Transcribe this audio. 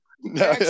No